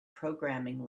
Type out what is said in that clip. programming